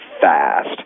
fast